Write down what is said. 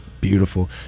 beautiful